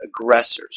aggressors